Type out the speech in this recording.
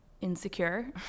insecure